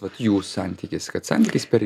vat jų santykis kad santykis per